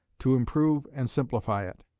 to improve and simplify it.